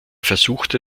versuchte